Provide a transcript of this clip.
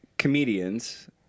Comedians